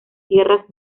tierras